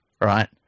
right